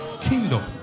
kingdom